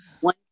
one